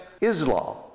islam